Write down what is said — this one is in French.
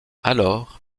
alors